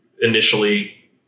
initially